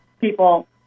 people